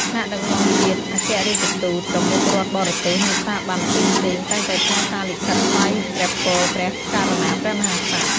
ថ្នាក់ដឹកនាំជាតិ ឯកអគ្គរដ្ឋទូត ប្រមុខរដ្ឋបរទេស និងស្ថាប័នផ្សេងៗ តែងតែផ្ញើសារលិខិតថ្វាយព្រះពរព្រះករុណាព្រះមហាក្សត្រ។